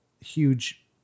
huge